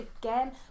again